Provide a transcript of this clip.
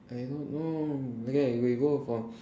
I don't know okay we go from